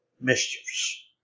mischiefs